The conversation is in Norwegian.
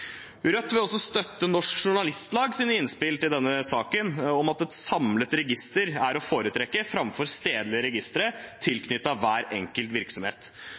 Rødt vil støtte Norsk Journalistlags innspill til denne saken, om at et samlet register er å foretrekke framfor stedlige registre tilknyttet hver enkelt virksomhet.